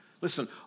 Listen